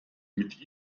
mit